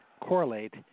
correlate